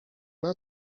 nad